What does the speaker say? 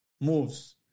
moves